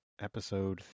episode